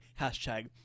hashtag